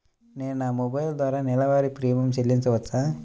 నేను నా మొబైల్ ద్వారా నెలవారీ ప్రీమియం చెల్లించవచ్చా?